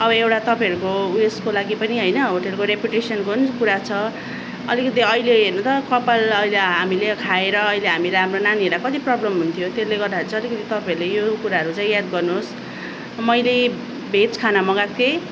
अब एउटा तपाईँहरूको उयसको लागि पनि होइन होटेलको रेप्युटेसनको पनि कुरा छ अलिकति अहिले हेर्नु त कपाल अहिले हामीले खाएर अहिले हामी हाम्रो नानीहरूलाई कति प्रबलम हुन्थ्यो त्यसले गर्दाखेरि चाहिँ तपाईँहरूले यो कुराहरू चाहिँ याद गर्नुहोस् मैले भेज खाना मगाएको थिएँ